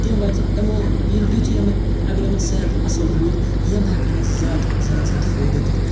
تمہِ وجہ یِمو ییٚلہِ یُتھ یِمَن اگر یِمَن صحت اَصٕل روٗد یِم ہٮ۪کَن اَسہِ زیادٕ زیادٕ زیادٕ فٲیدٕ دِتھ